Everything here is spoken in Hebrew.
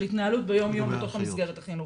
התנהלות ביום יום בתוך המסגרת החינוכית.